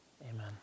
Amen